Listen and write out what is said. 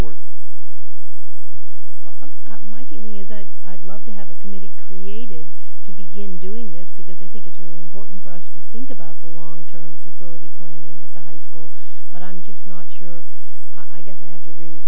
well my feeling is a love to have a committee created to begin doing this because i think it's really important for us to think about the long term facility planning at the high school but i'm just not sure i guess i have to agree with